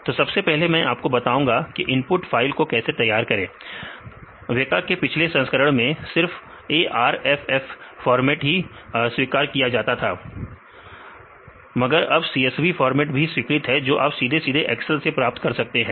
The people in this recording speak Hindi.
तो सबसे पहले मैं आपको बताऊंगा की इनपुट फाइल को कैसे तैयार करें रेखा के पिछले संस्करण में सिर्फ arff फॉर्मेट ही स्वीकार किया जाता था मगर अब CSV फॉर्मेट भी स्वीकृत है जो कि आप सीधे सीधे एक्सेल से प्राप्त कर सकते हैं